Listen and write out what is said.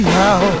now